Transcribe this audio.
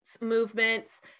movements